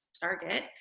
Target